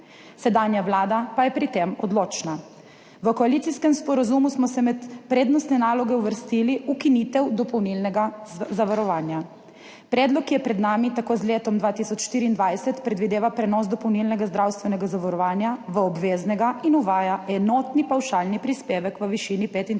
Sedanja vlada pa je pri tem odločna. V koalicijskem sporazumu smo med prednostne naloge uvrstili ukinitev dopolnilnega zavarovanja. Predlog, ki je pred nami, tako z letom 2024 predvideva prenos dopolnilnega zdravstvenega zavarovanja v obveznega in uvaja enotni pavšalni prispevek v višini 35